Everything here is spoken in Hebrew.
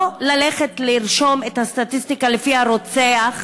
לא ללכת לרשום את הסטטיסטיקה לפי הרוצח,